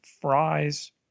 fries